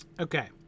Okay